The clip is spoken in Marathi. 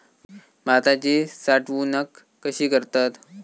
भाताची साठवूनक कशी करतत?